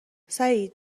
سعید